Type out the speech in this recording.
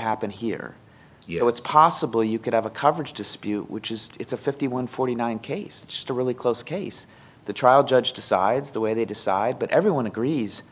happen here you know it's possible you could have a coverage dispute which is it's a fifty one forty nine case to really close case the trial judge decides the way they decide but everyone agrees